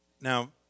Now